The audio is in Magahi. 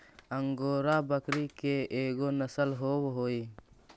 अंगोरा बकरी के एगो नसल होवऽ हई